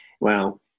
Wow